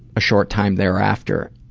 a short time thereafter.